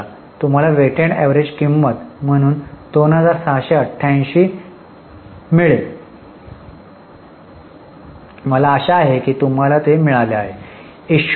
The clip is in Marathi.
44 तुम्हाला वेटेड अवरेज किंमत म्हणून 2688 मिळेल मला आशा आहे की तुम्हाला ते मिळाले असेल